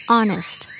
Honest